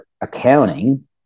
accounting